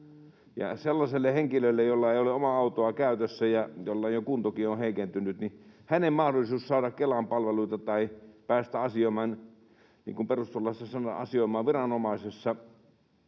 sellaisen henkilön, jolla ei ole omaa autoa käytössä ja jolla jo kuntokin on heikentynyt, mahdollisuus saada Kelan palveluita tai päästä — niin kuin perustuslaissa